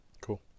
Cool